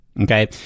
Okay